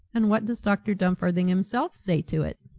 and what does dr. dumfarthing himself say to it?